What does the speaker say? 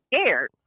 scared